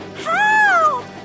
Help